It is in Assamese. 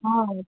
অঁ